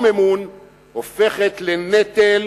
הופכת לנטל,